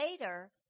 Later